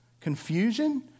confusion